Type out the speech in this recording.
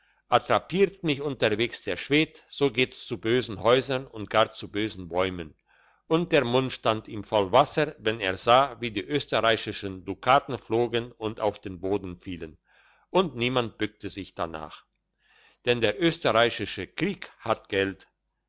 attrapiert mich unterwegs der schwed so geht's zu bösen häusern oder gar zu bösen bäumen und der mund stand ihm voll wasser wenn er sah wie die österreichischen dukaten flogen und auf den boden fielen und niemand buckte sich darnach denn der österreichische krieg hat geld